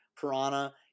Piranha